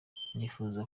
nifuza